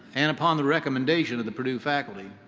and upon the recommendation of the purdue faculty,